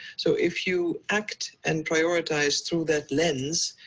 so, if you act and prioritise through that lens,